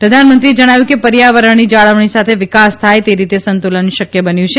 પ્રધાનમંત્રીએ જણાવ્યું કે પર્યાવરણની જાળવણી સાથે વિકાસ થાય તે રીતે સંતુલન શક્ય બન્યું છે